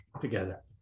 together